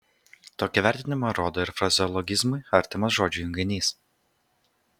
tokį vertinimą rodo ir frazeologizmui artimas žodžių junginys